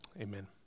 Amen